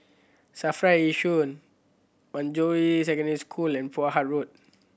SAFRA Yishun Manjusri Secondary School and Poh Huat Road